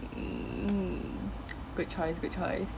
mmhmm good choice good choice